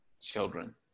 children